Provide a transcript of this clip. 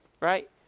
right